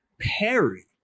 Perry